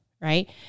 right